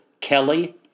Kelly